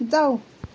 जाऊ